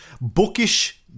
bookish